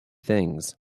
things